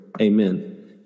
Amen